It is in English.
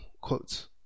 quotes